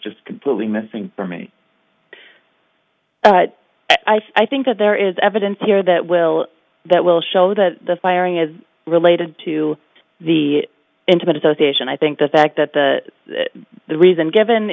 just completely missing for me but i think that there is evidence here that will that will show that the firing is related to the intimate association i think the fact that the the reason given